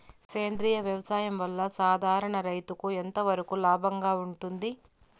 సేంద్రియ వ్యవసాయం వల్ల, సాధారణ రైతుకు ఎంతవరకు లాభంగా ఉంటుంది?